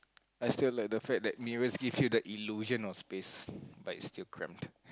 I still like the fact that mirrors give you the illusion of space but is still crammed